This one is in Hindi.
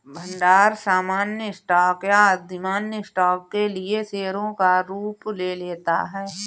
भंडार सामान्य स्टॉक या अधिमान्य स्टॉक के लिए शेयरों का रूप ले लेता है